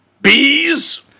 bees